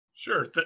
Sure